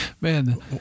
man